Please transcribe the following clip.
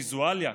ויזואליה,